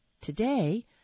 today